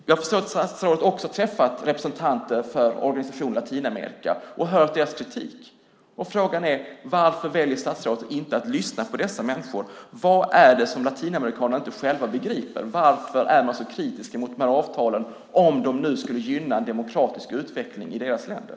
Jag förstår att statsrådet också har träffat representanter för organisationer i Latinamerika och hört deras kritik. Frågan är: Varför väljer statsrådet att inte lyssna på dessa människor? Vad är det som latinamerikanerna själva inte begriper? Varför är man så kritisk mot dessa avtal om de nu skulle gynna en demokratisk utveckling i deras länder?